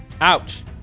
ouch